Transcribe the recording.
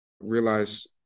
realize